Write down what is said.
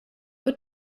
what